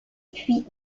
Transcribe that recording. puits